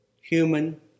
Human